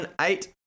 eight